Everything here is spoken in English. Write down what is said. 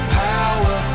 power